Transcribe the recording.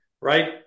right